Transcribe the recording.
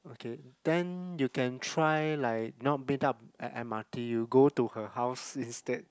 okay then you can try like not meet up at m_r_t you go to her house instead